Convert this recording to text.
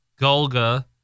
Golga